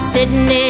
Sitting